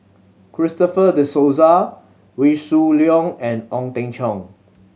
Christopher De Souza Wee Shoo Leong and Ong Teng Cheong